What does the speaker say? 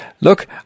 look